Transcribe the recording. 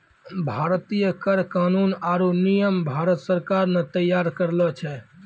भारतीय कर कानून आरो नियम भारत सरकार ने तैयार करलो छै